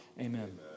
Amen